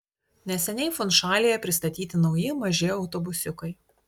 neseniai funšalyje pristatyti nauji maži autobusiukai